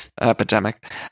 Epidemic